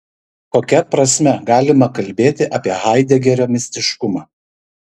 kokia prasme galima kalbėti apie haidegerio mistiškumą